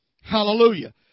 Hallelujah